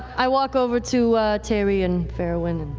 i walk over to taryon, farriwen and